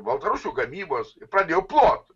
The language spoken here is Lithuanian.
baltarusių gamybos pradėjo plot